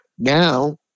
Now